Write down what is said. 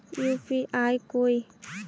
UPI कोई